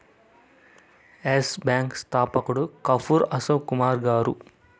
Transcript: yes Bank స్థాపకుడు కపూర్ అశోక్ కుమార్ గారు